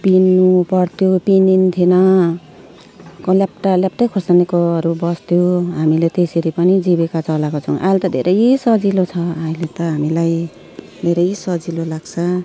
पिँध्नु पर्थ्यो पिँधिन्थेन ल्याप्टा ल्याप्टै खुरसानीकोहरू बस्थ्यो हामीले त्यसरी पनि जीविका चलाएको छौँ अहिले त धेरै सजिलो छ अहिले त हामीलाई धेरै सजिलो लाग्छ